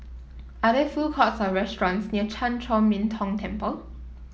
are there food courts or restaurants near Chan Chor Min Tong Temple